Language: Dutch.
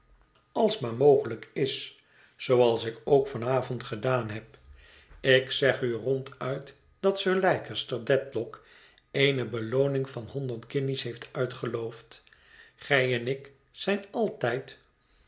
als maar mogelijk is zooals ik ook van avond gedaan heb ik zeg u ronduit dat sir leicester dedlock eene belooning van honderd guinj es heeft uitgeloofd gij en ik zijn altijd